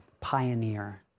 pioneer